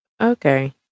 Okay